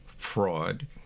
fraud